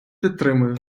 підтримую